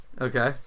Okay